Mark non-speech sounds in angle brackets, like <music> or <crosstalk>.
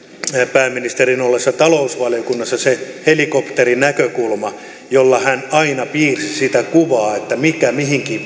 pääministeri ollessaan talousvaliokunnassa noudatti se helikopterinäkökulma jolla hän aina piirsi sitä kuvaa että mikä mihinkin <unintelligible>